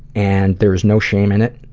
and there's no shame in it.